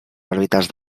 òrbites